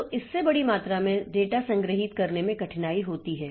तो इससे बड़ी मात्रा में डेटा संग्रहीत करने में कठिनाई होती है